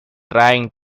trying